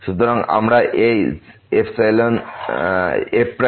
সুতরাং আমরা এই f1